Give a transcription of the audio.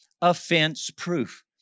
offense-proof